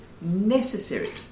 necessary